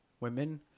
women